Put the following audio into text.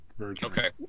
Okay